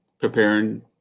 preparing